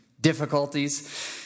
difficulties